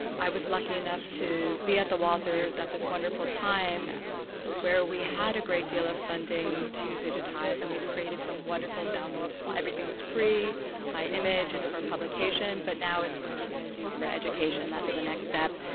i was lucky enough to be at the walters at this wonderful time where we had a great deal of funding to digitize. and we've created some wonderful downloads. everything's free, it's high image for publication. but now it's what are we going to do for education? that's the next step.